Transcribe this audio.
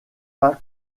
pas